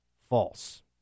false